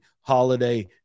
Holiday